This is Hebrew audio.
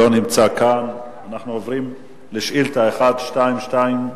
לא נמצא כאן, אנחנו עוברים לשאילתא מס' 1226,